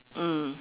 mm